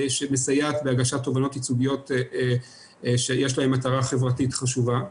שמסייעת בהגשת תובענות ייצוגיות שיש להן מטרה חברתית חשובה.